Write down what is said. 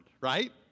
right